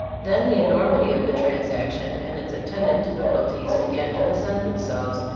then the enormity of the transaction and its attendant difficul ties began to present themselves,